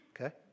Okay